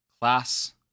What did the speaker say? Class